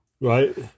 Right